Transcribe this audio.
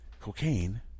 cocaine